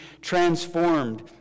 transformed